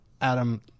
Adam